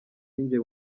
yinjiye